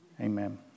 Amen